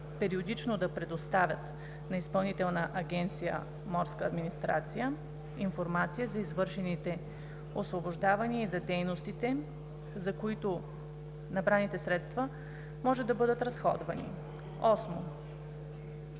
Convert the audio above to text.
периодично да предоставят на Изпълнителна агенция „Морска администрация“ информация за извършените освобождавания и за дейностите, за които набраните средства може да бъдат разходвани; 8.